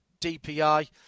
DPI